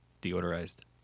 deodorized